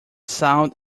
sound